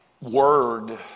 word